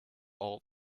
all